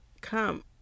come